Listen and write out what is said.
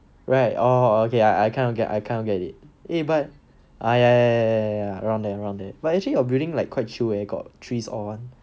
where oh okay I I kind of get it I kind of get it eh but uh ya ya ya ya around there around there but actually your building like quite chill leh got trees all [one]